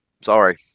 Sorry